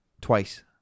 twice